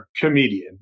comedian